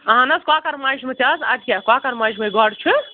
اہن حظ کۄکَر مَجمہٕ تہِ حظ اَدٕ کیٛاہ کۄکَر مَجمے گۄڈٕ چھُ